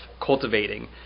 cultivating